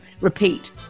Repeat